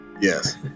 Yes